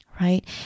right